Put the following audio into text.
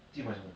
自己买什么